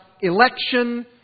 election